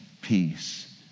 peace